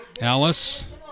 Alice